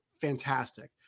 fantastic